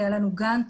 היה לנו גאנט